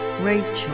Rachel